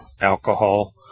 alcohol